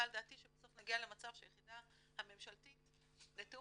על דעתי שבסוף נגיע למצב שהיחידה הממשלתי לתיאום